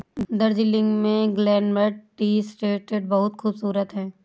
दार्जिलिंग में Glenburn tea estate बहुत खूबसूरत है